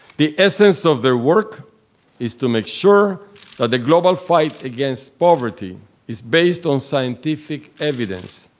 the essence of their work is to make sure that the global fight against poverty is based on scientific evidence,